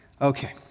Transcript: Okay